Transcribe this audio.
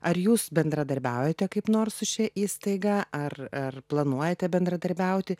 ar jūs bendradarbiaujate kaip nors su šia įstaiga ar ar planuojate bendradarbiauti